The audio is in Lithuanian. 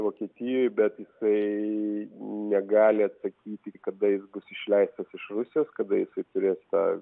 vokietijoj bet jisai negali atsakyti kada jis bus išleistas iš rusijos kada jisai turės tą